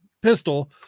pistol